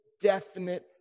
definite